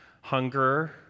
hunger